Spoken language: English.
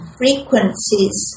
frequencies